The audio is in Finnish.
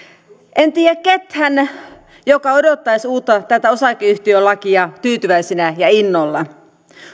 en tiedä ketään joka odottaisi tätä osakeyhtiölakia tyytyväisenä ja innolla